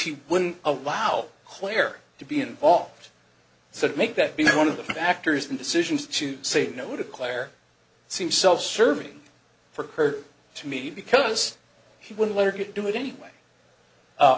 he wouldn't allow claire to be involved so to make that be one of the factors in decisions to say no to claire seems self serving for her to me because he would later get to do it anyway